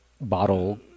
bottle